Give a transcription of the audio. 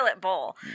bowl